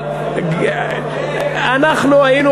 אנחנו היינו